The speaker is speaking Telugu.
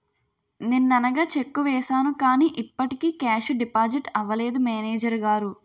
నిన్ననగా చెక్కు వేసాను కానీ ఇప్పటికి కేషు డిపాజిట్ అవలేదు మేనేజరు గారు